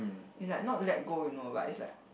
is like not let go you know but is like